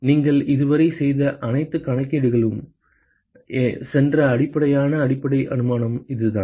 நீங்கள் இதுவரை செய்த அனைத்து கணக்கீடுகளுக்கும் சென்ற அடிப்படையான அடிப்படை அனுமானம் இதுதான்